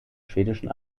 schwedischen